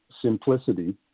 simplicity